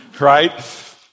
right